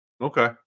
okay